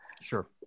Sure